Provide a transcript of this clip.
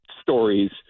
stories